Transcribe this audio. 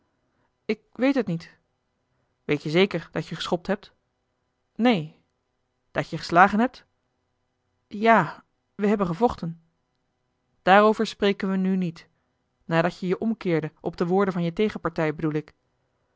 ik weet het niet weet je zeker dat je geschopt hebt neen dat je geslagen hebt ja we hebben gevochten daarover spreken we nu niet nadat je je omkeerde op de woorden van je tegenpartij bedoel ik